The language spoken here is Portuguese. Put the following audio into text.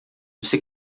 você